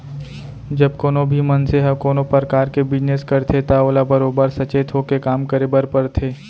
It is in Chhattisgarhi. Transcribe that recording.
जब कोनों भी मनसे ह कोनों परकार के बिजनेस करथे त ओला बरोबर सचेत होके काम करे बर परथे